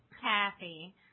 Kathy